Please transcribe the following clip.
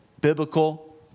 biblical